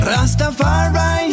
Rastafari